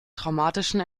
traumatischen